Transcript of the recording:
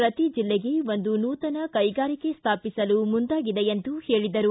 ಪ್ರತಿ ಜಿಲ್ಲೆಗೆ ಒಂದು ನೂತನ ಕೈಗಾರಿಕೆ ಸ್ವಾಪಿಸಲು ಮುಂದಾಗಿದೆ ಎಂದರು